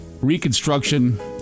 reconstruction